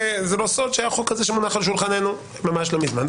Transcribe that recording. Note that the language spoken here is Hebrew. וזה לא סוד שהחוק הזה שמונח על שולחננו ממש לא מזמן,